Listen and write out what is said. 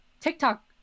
TikTok